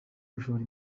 gushora